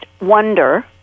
wonder